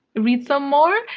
read some more?